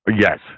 Yes